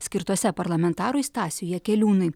skirtose parlamentarui stasiui jakeliūnui